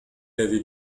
avait